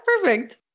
perfect